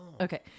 Okay